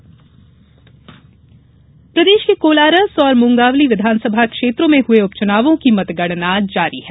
उपचुनाव मतगणना प्रदेश के कोलारस और मुंगावली दो विधानसभा क्षेत्रों में हुए उपचुनावों की मतगणना जारी है